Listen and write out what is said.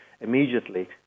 immediately